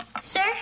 Sir